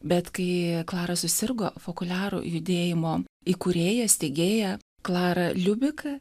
bet kai klara susirgo fokoliarų judėjimo įkūrėja steigėja klara liubika